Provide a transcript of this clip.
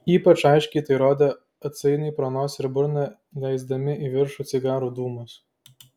ypač aiškiai tai rodė atsainiai pro nosį ir burną leisdami į viršų cigarų dūmus